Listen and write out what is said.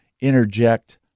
interject